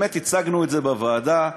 הצגנו את זה בוועדה.